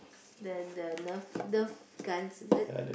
the the nerf guns is it